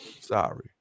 Sorry